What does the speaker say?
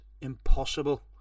impossible